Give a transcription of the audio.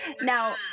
Now